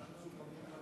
קצר.